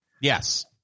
Yes